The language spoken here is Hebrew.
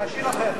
לעשיר אחר.